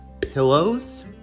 pillows